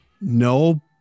No